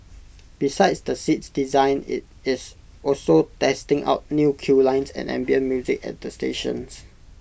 besides the seats designs IT is also testing out new queue lines and ambient music at the stations